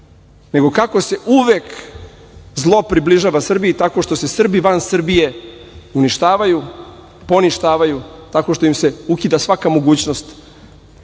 nego kako se uvek zlo približava Srbiji tako što se Srbi van Srbije uništavaju, poništavaju, tako što im se ukida svaka mogućnost da